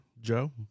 Joe